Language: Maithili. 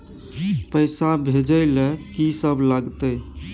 पैसा भेजै ल की सब लगतै?